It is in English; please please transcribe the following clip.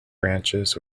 branches